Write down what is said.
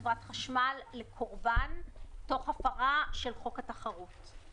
חברת החשמל לקורבן תוך הפרה של חוק התחרות.